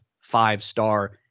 five-star